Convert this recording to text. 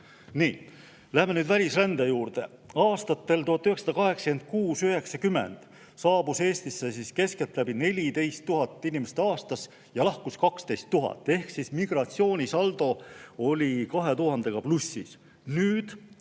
läheme välisrände juurde. Aastatel 1986–1990 saabus Eestisse keskeltläbi 14 000 inimest aastas ja lahkus 12 000 ehk migratsioonisaldo oli 2000‑ga plussis. Nüüd,